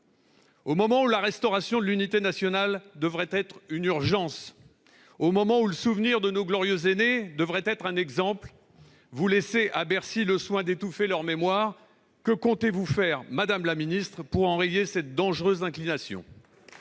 Au moment où la restauration de l'unité nationale devrait être une urgence, au moment où le souvenir de nos glorieux aînés devrait être un exemple, vous laissez Bercy étouffer leur mémoire ! Que comptez-vous faire, madame la ministre, pour enrayer cette dangereuse évolution ?